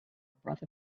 breath